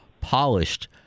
polished